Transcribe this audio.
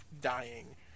dying